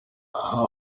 aha